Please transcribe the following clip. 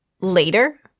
later